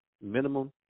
minimum